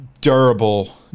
durable